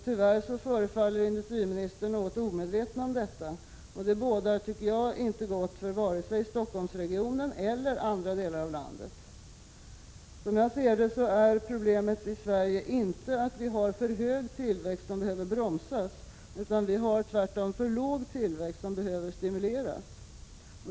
Tyvärr förefaller industriministern något omedveten om detta. Det bådar, tycker jag, inte gott för vare sig Stockholmsregionen eller andra delar av landet. Som jag ser det är problemet i Sverige inte att vi har en för hög tillväxt som behöver bromsas, utan vi har tvärtom en för låg tillväxt som behöver stimuleras.